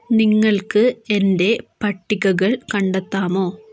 നിങ്ങൾക്ക് എൻ്റെ പട്ടികകൾ കണ്ടെത്താമോ